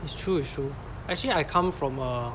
it's true it's true actually I come from a